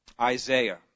Isaiah